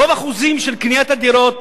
רוב החוזים של קניית הדירות